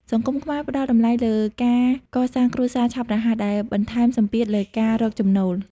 សង្គមខ្មែរផ្តល់តម្លៃលើការកសាងគ្រួសារឆាប់រហ័ស ដែលបន្ថែមសម្ពាធលើការរកចំណូល។